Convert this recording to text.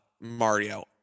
Mario